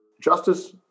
justice